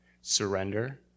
surrender